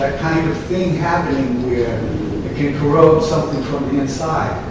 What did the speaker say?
kind of thing happening where it can corrode something from the inside?